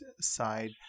side